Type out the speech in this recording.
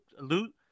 loot